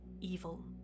evil